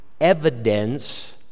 evidence